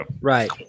right